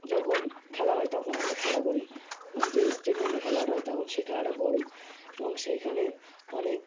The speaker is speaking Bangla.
যখন খেলা হয় তখন আমরা খেলা করি যে স্টেডিয়ামে খেলাটা হয় তখন সেই খেলা বড় এবং সেইখানে অনেক